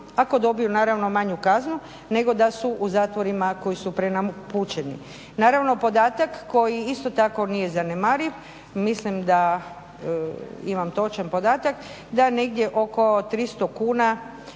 ako dobiju naravno manju kaznu nego da su u zatvorima koji su prenapučeni. Naravno podatak koji isto tako nije zanemariv, mislim da imam točan podatak da negdje oko 300 kuna